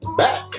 back